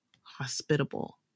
hospitable